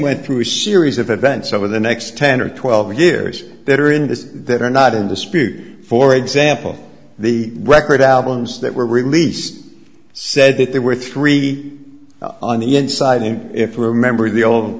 went through a series of events over the next ten or twelve years that are in this that are not in dispute for example the record albums that were released said that there were three on the inside and if you remember the old